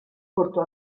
portò